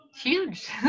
huge